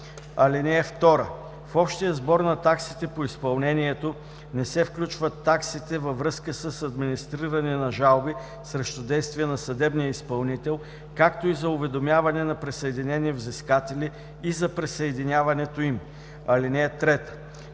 (2) В общия сбор на таксите по изпълнението не се включват таксите във връзка с администриране на жалби срещу действия на съдебния изпълнител, както и за уведомяване на присъединени взискатели и за присъединяването им. (3)